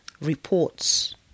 reports